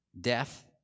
Death